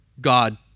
God